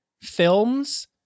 films